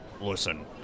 listen